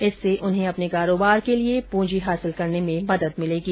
इससे उन्हें अपने कारोबार के लिए प्रंजी हासिल करने में मदद मिलेगी